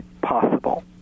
possible